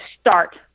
start